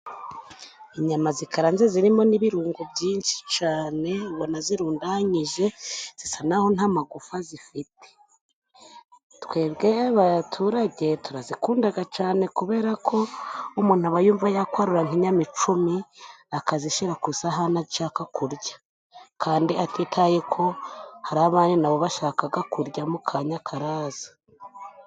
Inyama zikaranze zirimo n'ibirungo byinshi cane, mbona zirundanyije zisa naho nta magufa zifite twebwe abaturage turazikundaga cane. Kubera ko umuntu aba yumva yakwarura nk'inyama icumi. Akazishira ku isahani ashaka kurya, kandi atitaye ko hari abandi nabo bashakaga kurya mu ka nya karaza.